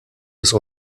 des